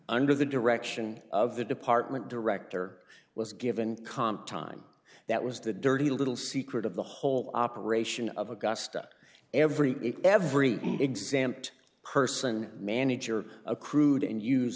under the direction of the department director was given comp time that was the dirty little secret of the whole operation of augusta every every example person manager of accrued and use